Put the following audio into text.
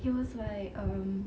he was like um